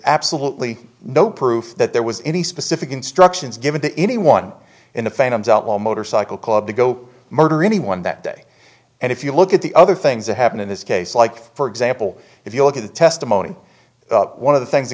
absolutely no proof that there was any specific instructions given to anyone in the phantom's outlaw motorcycle club to go murder anyone that day and if you look at the other things that happened in this case like for example if you look at the testimony one of the things the